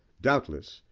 doubtless,